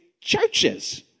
churches